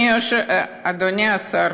אדוני השר,